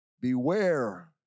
Beware